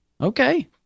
okay